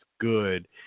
good